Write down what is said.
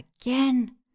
again